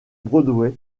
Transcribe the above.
broadway